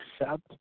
accept